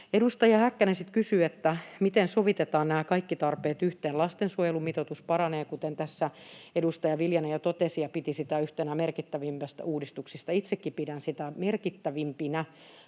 Edustaja Häkkänen sitten kysyi, miten sovitetaan nämä kaikki tarpeet yhteen. Lastensuojelun mitoitus paranee, kuten tässä edustaja Viljanen jo totesi ja piti sitä yhtenä merkittävimmistä uudistuksista. Itsekin pidän sitä yhtenä merkittävimmistä